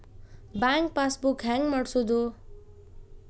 Bank passbook ಹೆಂಗ್ ಮಾಡ್ಸೋದು?